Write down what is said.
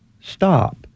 stop